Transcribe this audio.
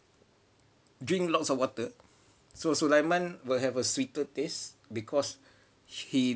drink lots of water so sulaiman will have a sweeter taste because he